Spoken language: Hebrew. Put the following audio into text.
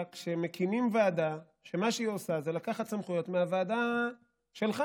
כשמקימים ועדה שמה שהיא עושה זה לקחת סמכויות מהוועדה שלך,